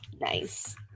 Nice